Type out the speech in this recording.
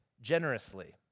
generously